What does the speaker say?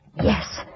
Yes